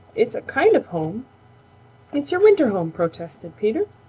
it's a kind of home it's your winter home, protested peter,